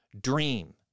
dream